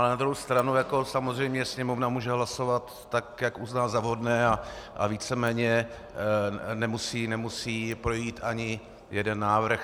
Na druhou stranu ale samozřejmě Sněmovna může hlasovat tak, jak uzná za vhodné, a víceméně nemusí projít ani jeden návrh.